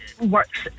works